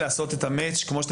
ההערכה שלי,